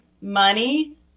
money